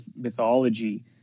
mythology